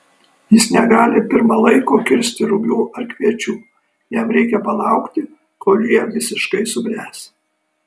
jis negali pirma laiko kirsti rugių ar kviečių jam reikia palaukti kol jie visiškai subręs